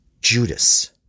Judas